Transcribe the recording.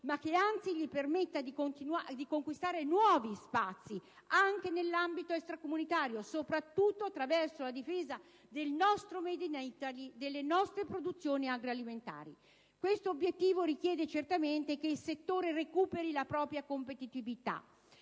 ma per permettergli di conquistare nuovi spazi, anche nell'ambito extracomunitario, soprattutto attraverso la difesa del nostro *made in Italy* e delle nostre produzioni agroalimentari. Questo obiettivo richiede, certamente, che il settore recuperi la propria competitività,